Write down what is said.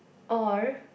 or